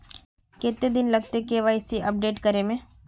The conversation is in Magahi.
कते दिन लगते के.वाई.सी अपडेट करे में?